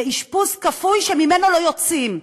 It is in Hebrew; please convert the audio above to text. לאשפוז כפוי שממנו לא יוצאים.